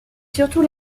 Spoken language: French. surtout